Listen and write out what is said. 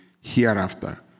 hereafter